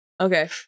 Okay